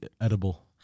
edible